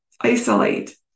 isolate